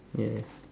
ya